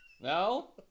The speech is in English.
No